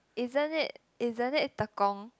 isn't it isn't it Tekong